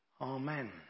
Amen